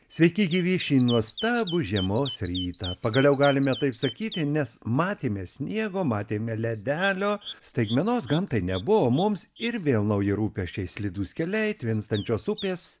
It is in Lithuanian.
sveiki gyvi šį nuostabų žiemos rytą pagaliau galime taip sakyti nes matėme sniego matėme ledelio staigmenos gamtai nebuvo mums ir vėl nauji rūpesčiai slidūs keliai tvinstančios upės